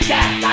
Yes